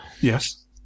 Yes